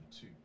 two